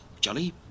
Jolly